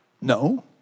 No